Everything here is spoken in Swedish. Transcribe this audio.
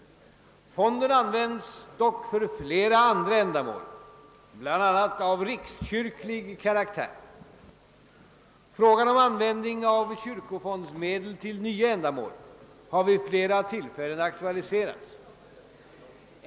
Fonden används dock för flera andra ändamål, bl.a. av rikskyrklig karaktär. Frågan om användning av kyrkofondsmedel till nya ändamål har vid flera tillfällen aktualiserats.